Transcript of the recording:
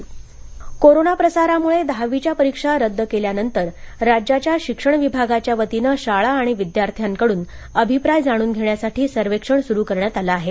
परीक्षा सर्वेक्षण कोरोना प्रसारामुळे दहावीच्या परीक्षा रद्द केल्यानंतर राज्याच्या शिक्षण विभागाच्या वतीनं शाळा आणि विद्यार्थ्यांकडून अभिप्राय जाणून घेण्यासाठी सर्वेक्षण सुरू करण्यात आलं आहे